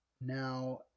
now